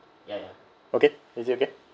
okay is it okay